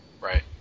Right